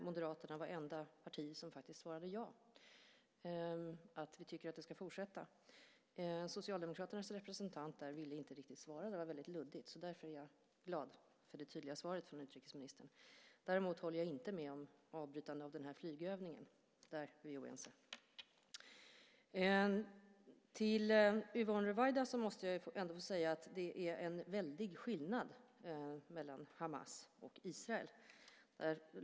Moderaterna var det enda parti som svarade att vi tycker att det ska fortsätta. Socialdemokraternas representant ville inte svara. Det var väldigt luddigt. Därför är jag glad för det tydliga svaret från utrikesministern. Däremot håller jag inte med om att det var rätt att avbryta den här flygövningen. Där är vi oense. Till Yvonne Ruwaida måste jag ändå få säga att det är en väldigt stor skillnad mellan Hamas och Israel.